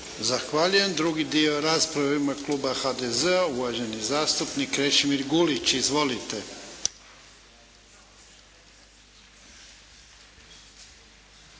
Zahvaljujem. Drugi dio rasprave u ime Kluba HDZ-a uvaženi zastupnik Krešimir Gulić. Izvolite.